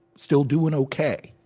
still doing okay.